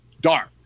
dark